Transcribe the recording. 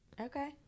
Okay